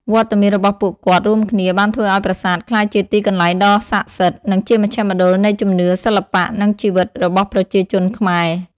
វត្តមានរបស់ពួកគាត់រួមគ្នាបានធ្វើឱ្យប្រាសាទក្លាយជាទីកន្លែងដ៏ស័ក្តិសិទ្ធិ និងជាមជ្ឈមណ្ឌលនៃជំនឿ សិល្បៈ និងជីវិតរបស់ប្រជាជនខ្មែរ។